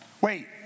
wait